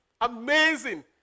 Amazing